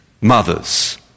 mothers